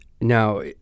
Now